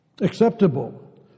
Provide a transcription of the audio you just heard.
acceptable